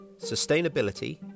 Sustainability